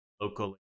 local